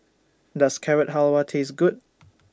Does Carrot Halwa Taste Good